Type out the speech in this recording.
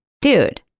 Dude